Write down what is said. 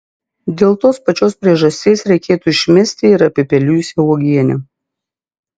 dėl tos pačios priežasties reikėtų išmesti ir apipelijusią uogienę